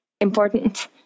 important